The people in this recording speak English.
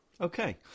Okay